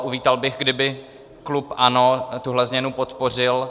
Uvítal bych, kdyby klub ANO tuhle změnu podpořil.